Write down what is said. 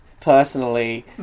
personally